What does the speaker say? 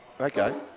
Okay